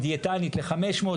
דיאטנית ל-500,